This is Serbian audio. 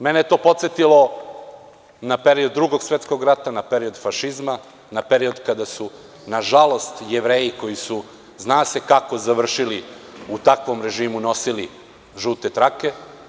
Mene je to podsetilo na period Drugog svetskog rata, na period fašizma, na period kada su, nažalost, Jevreji, koji su zna se kako su završili, u takvom režimu nosili žute trake.